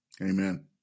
Amen